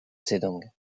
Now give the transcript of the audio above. zedong